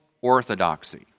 orthodoxy